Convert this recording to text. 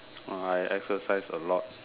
oh I exercise a lot